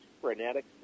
frenetic